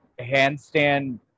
handstand